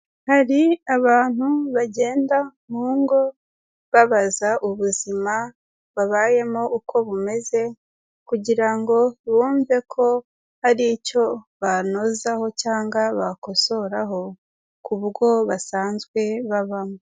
Hari abantu bagenda mu ngo, babaza ubuzima babayemo uko bumeze, kugira ngo bumve ko, hari icyo banozaho cyangwa bakosoraho, k'ubwo basanzwe babamo.